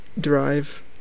drive